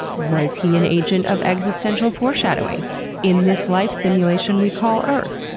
was he an agent of existential foreshadowing in this life simulation we call earth?